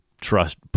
trust